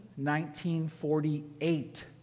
1948